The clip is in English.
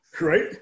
Right